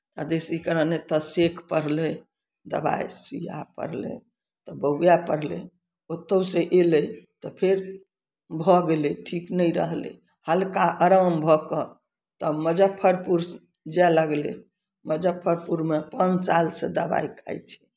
आ जी सी करण एतय सेक पड़लै दबाइ सुइआ पड़लै तऽ बौआए पड़लै ओतहुसँ अयलै तऽ फेर भऽ गेलै ठीक नहि रहलै हल्का आराम भऽ कऽ तऽ मुजफ्फरपुर जाय लगलै मुजफ्फरपुरमे पाँच सालसँ दबाइ खाइ छै